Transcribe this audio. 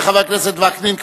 חבר הכנסת וקנין,